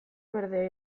berdea